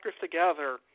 together